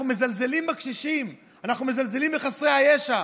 אנחנו מזלזלים בקשישים, אנחנו מזלזלים בחסרי הישע.